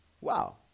Wow